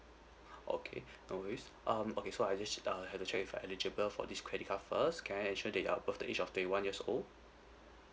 okay no worries um okay so I just err have to check if you're eligible for this credit card first can I ensure that you are above the age of twenty one years old